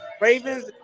ravens